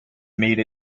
made